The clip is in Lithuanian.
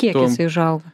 kiek jis išauga